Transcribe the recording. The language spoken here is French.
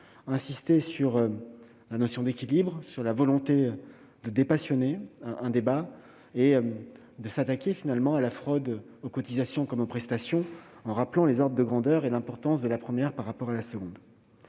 liminaire, sur la notion d'équilibre, sur la volonté de dépassionner le débat et de s'attaquer à la fraude aux cotisations comme aux prestations, en rappelant les ordres de grandeur et l'importance de la première par rapport à la seconde.